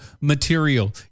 material